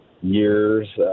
years